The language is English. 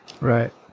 Right